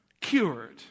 Cured